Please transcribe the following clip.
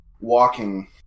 walking